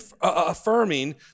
affirming